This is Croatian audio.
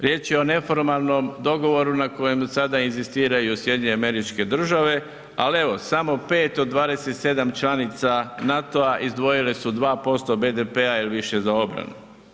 Riječ je o neformalnom dogovoru na kojem za sada inzistiraju SAD ali evo, samo 5 od 27 članica NATO-a izdvojile su 2% BDP-a ili više za obranu.